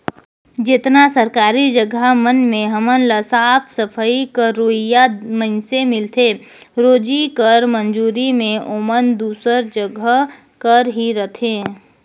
जेतना सरकारी जगहा मन में हमन ल साफ सफई करोइया मइनसे मिलथें रोजी कर मंजूरी में ओमन दूसर जगहा कर ही रहथें